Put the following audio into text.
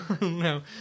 No